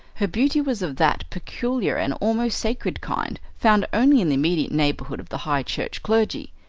her beauty was of that peculiar and almost sacred kind found only in the immediate neighbourhood of the high church clergy.